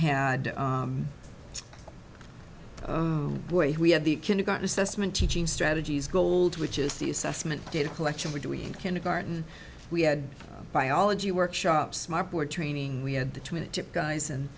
had boy we had the kindergarten assessment teaching strategies gold which is the assessment data collection we're doing in kindergarten we had biology workshops my board training we had the two minute dip guys and